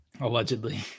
allegedly